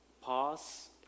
pause